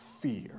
fear